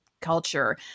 culture